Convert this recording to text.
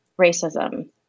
racism